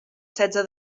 setze